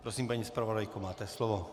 Prosím, paní zpravodajko, máte slovo.